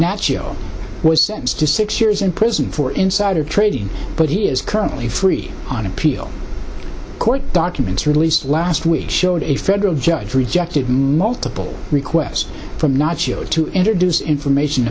nacho was sentenced to six years in prison for insider trading but he is a free on appeal court documents released last week showed a federal judge rejected multiple requests from nacho to introduce information